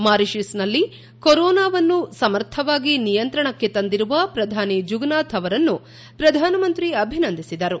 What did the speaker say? ಮಾರಿಷಸ್ನಲ್ಲಿ ಕೊರೊನಾವನ್ನು ಸಮರ್ಥವಾಗಿ ನಿಯಂತ್ರಣಕ್ಕೆ ತಂದಿರುವ ಪ್ರಧಾನಿ ಜುಗ್ನಾಥ್ ಅವರನ್ನು ಪ್ರಧಾನಮಂತ್ರಿ ಅಭಿನಂದಿಸಿದರು